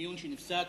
בדיון שנפסק,